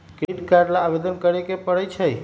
credit card ला आवेदन करे के परई छई